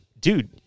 dude